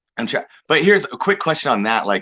and yeah but here's, quick question on that. like